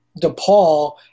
DePaul